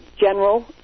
general